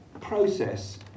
process